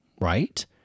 right